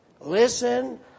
listen